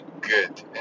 good